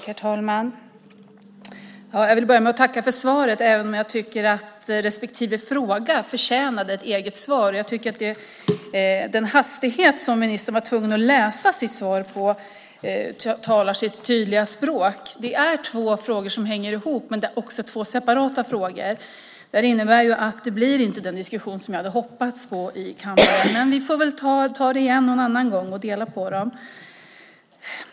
Herr talman! Jag vill börja med att tacka för svaret även om jag tycker att respektive interpellation förtjänade ett eget svar. Den hastighet med vilken ministern var tvungen att läsa sitt svar talar sitt tydliga språk. Det är två frågor som hänger ihop, men det är också två separata frågor. Detta innebär att det inte blir den diskussion som jag hade hoppats på i kammaren. Men vi får väl ta det igen någon annan gång och dela på frågorna.